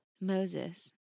moses